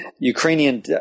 Ukrainian